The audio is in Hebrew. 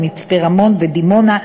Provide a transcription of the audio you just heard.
מצפה-רמון ודימונה,